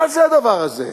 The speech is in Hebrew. מה זה הדבר הזה?